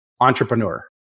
entrepreneur